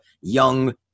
young